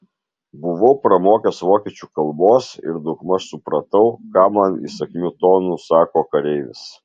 buvau pramokęs vokiečių kalbos ir daugmaž supratau ką man įsakmiu tonu sako kareivis